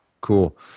Cool